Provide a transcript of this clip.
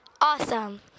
Awesome